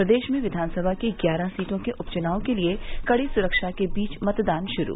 प्रदेश में विघानसभा की ग्यारह सीटों के उपचुनाव के लिए कड़ी सुरक्षा के बीच मतदान शुरू